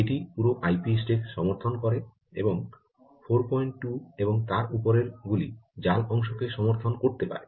এটি পুরো I P stack সমর্থন করে এবং 42 এবং তার উপরের গুলি জাল অংশকে সমর্থন করতে পারে